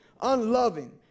unloving